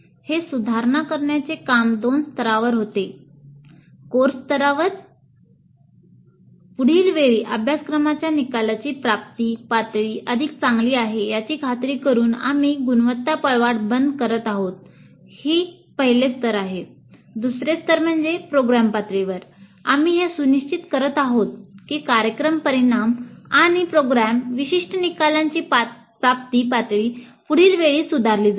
हे सुधारणा करण्याचे काम दोन स्तरांवर होते आम्ही हे सुनिश्चित करत आहोत की कार्यक्रम परिणाम आणि प्रोग्राम विशिष्ट निकालांची प्राप्ती पातळी पुढील वेळी सुधारली जाईल